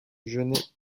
genêts